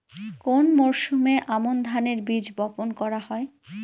কোন মরশুমে আমন ধানের বীজ বপন করা হয়?